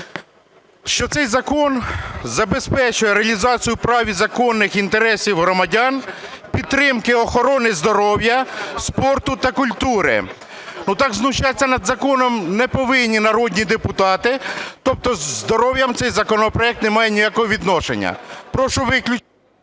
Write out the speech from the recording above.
що цей закон забезпечує реалізацію прав і законних інтересів громадян, підтримки охорони здоров’я, спорту та культури. Ну так знущатися над законом не повинні народні депутати. Тобто до здоров'я цей законопроект немає ніякого відношення. Прошу…